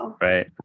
Right